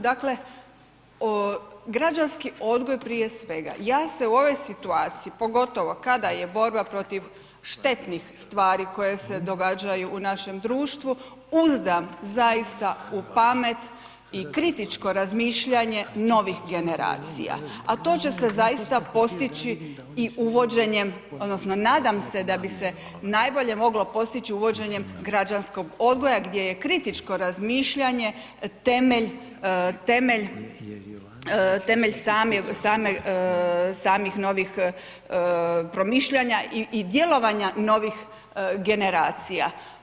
Dakle, građanski odgoj prije svega, ja se u ovoj situaciji pogotovo kada je borba protiv štetnih stvari koje se događaju u našem društvu uzdam zaista u pamet i kritičko razmišljanje novih generacija a to će se zaista postići i uvođenjem, odnosno nadam se da bi se najbolje moglo postići uvođenjem građanskog odgoja gdje je kritičko razmišljanje temelj, temelj samih novih promišljanja i djelovanja novih generacija.